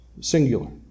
Singular